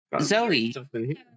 Zoe